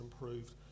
improved